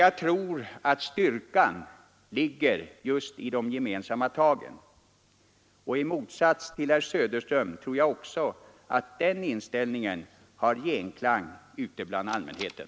Jag tror att styrkan ligger just i de gemensamma tagen, och i motsats till herr Söderström tror jag också den inställningen har genklang ute bland allmänheten.